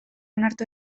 onartu